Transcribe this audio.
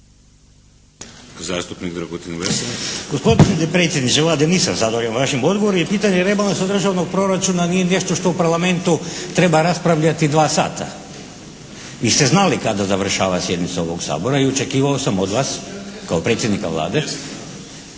**Lesar, Dragutin (HNS)** Gospodine predsjedniče Vlade, nisam zadovoljan vašim odgovorom. Jer pitanje rebalansa Državnog proračuna nije nešto što u Parlamentu treba raspravljati dva sata. Vi ste znali kada završava sjednice ovog Sabora i očekivao sam od vas kao predsjednika Vlade